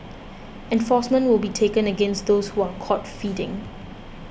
enforcement will be taken against those who are caught feeding